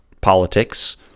politics